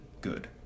good